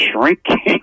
shrinking